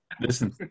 listen